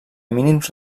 mínims